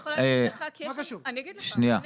אני אגיד לך.